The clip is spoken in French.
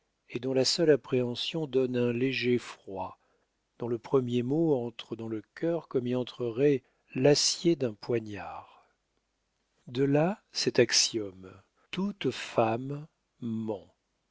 et dont la seule appréhension donne un léger froid dont le premier mot entre dans le cœur comme y entrerait l'acier d'un poignard de là cet axiome toute femme